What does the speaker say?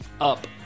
up